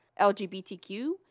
LGBTQ